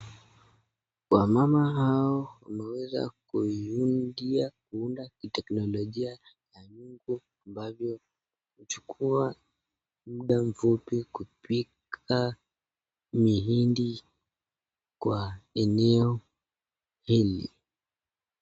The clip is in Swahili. Wamama hao wameweza kuiundia kuunda kiteknolojia ya nyungu ambavyo huchukua mda mfupi kupika mihindi kwa eneo hili.